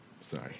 Sorry